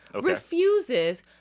refuses